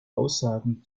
aussagen